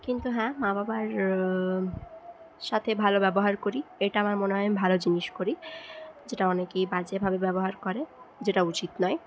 কিন্তু হ্যাঁ মা বাবার সাথে ভালো ব্যবহার করি এটা আমার মনে হয় আমি ভালো জিনিস করি যেটা অনেকেই বাজে ভাবে ব্যবহার করে যেটা উচিত নয়